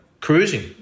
Cruising